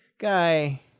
guy